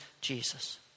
Jesus